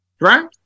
right